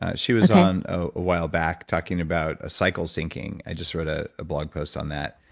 ah she was on ah awhile back talking about cycle syncing. i just read a blog post on that.